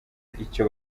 icyo